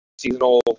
seasonal